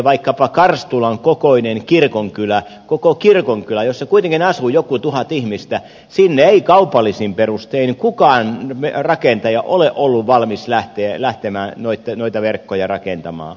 vaikkapa karstulan kokoiseen kirkonkylään koko kirkonkylään jossa kuitenkin asuu joku tuhat ihmistä ei kaupallisin perustein kukaan rakentaja ole ollut valmis lähtemään noita verkkoja rakentamaan